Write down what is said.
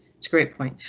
it's great point.